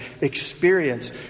experience